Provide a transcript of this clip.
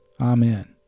Amen